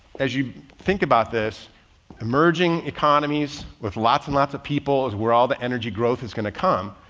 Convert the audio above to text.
as you think about this emerging economies with lots and lots of people is where all the energy growth is going to come,